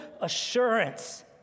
assurance